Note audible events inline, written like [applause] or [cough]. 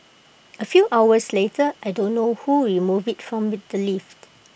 A few hours later I don't know who removed IT from [noise] the lift